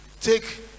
take